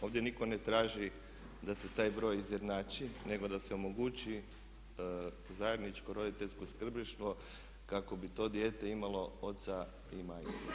Ovdje nitko ne traži da se taj broj izjednači nego da se omogući zajedničko roditeljsko skrbništvo kako bi to dijete imalo oca i majku.